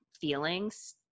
feelings